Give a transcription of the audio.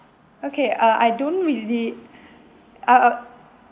okay uh I don't really uh uh